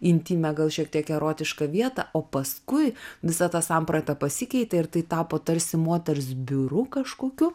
intymią gal šiek tiek erotišką vietą o paskui visa ta samprata pasikeitė ir tai tapo tarsi moters biuru kažkokiu